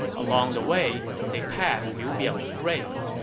along the way, they passed liu biao's grave,